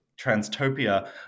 Transtopia